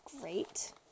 great